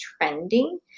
trending